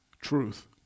Truth